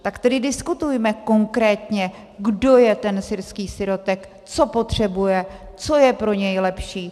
Tak tedy diskutujme konkrétně, kdo je ten syrský sirotek, co potřebuje, co je pro něj lepší.